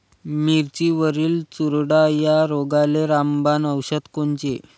मिरचीवरील चुरडा या रोगाले रामबाण औषध कोनचे?